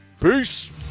Peace